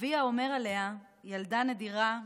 אביה אומר עליה: ילדה נדירה,